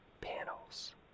panels